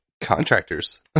Contractors